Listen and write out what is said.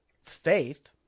faith